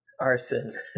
Arson